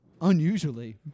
unusually